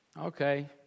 okay